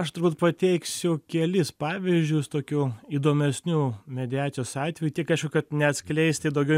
aš turbūt pateiksiu kelis pavyzdžius tokių įdomesnių mediacijos atvejų tik aišku kad neatskleisti daugiau